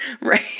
Right